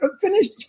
Finished